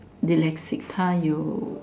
dyslexic 他有